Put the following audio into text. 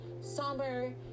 summer